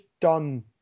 done